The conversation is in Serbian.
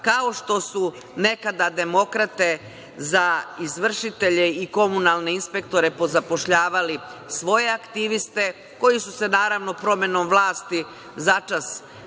kao što su nekada demokrate za izvršitelje i komunalne inspektore zapošljavali svoje aktiviste, koji su se, naravno, promenom vlasti začas